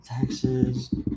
taxes